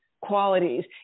qualities